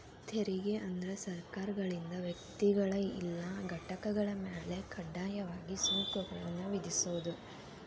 ತೆರಿಗೆ ಅಂದ್ರ ಸರ್ಕಾರಗಳಿಂದ ವ್ಯಕ್ತಿಗಳ ಇಲ್ಲಾ ಘಟಕಗಳ ಮ್ಯಾಲೆ ಕಡ್ಡಾಯವಾಗಿ ಸುಂಕಗಳನ್ನ ವಿಧಿಸೋದ್